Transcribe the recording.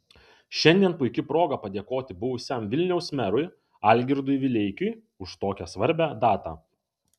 šiandien puiki proga padėkoti buvusiam vilniaus merui algirdui vileikiui už tokią svarbią datą